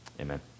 Amen